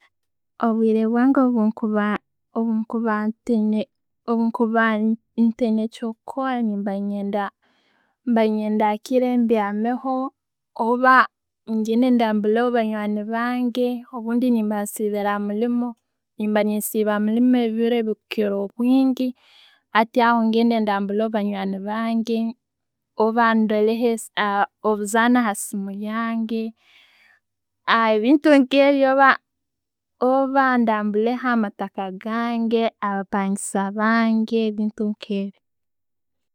Obwire bwange obwen obwe bwenkuba ntaina ekyokukora nemba nenyenda mpanenyenda hakiri mpyameho orba hakiri ngende ndambuleho banywani bange obundi nimba nsibiire hamuliimu, nimba nsibire hamulimu obwire bukiira obwingi. Hati aho, ngenda ndamburaho banywani bange, orba ndoreho obuzaano hasiimu yange. Ebintu nkebyo, orba ndambureho amataaka gange, abapangisa bange, ebintu nke, ebyo.